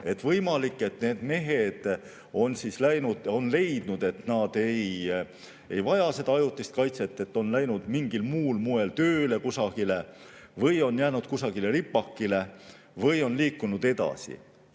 Võimalik, et need mehed on leidnud, et nad ei vaja ajutist kaitset, on läinud mingil muul moel tööle kusagile või on jäänud kusagile ripakile või on liikunud edasi.